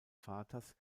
vaters